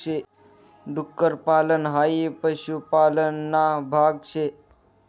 डुक्कर पालन हाई पशुपालन ना भाग शे